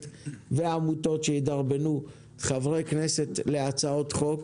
והעמותות שידרבנו חברי כנסת להצעות חוק,